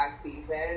season